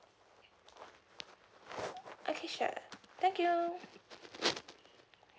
okay sure thank you